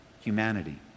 humanity